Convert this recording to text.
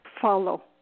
follow